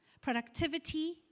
productivity